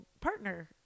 partner